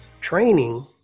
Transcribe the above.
training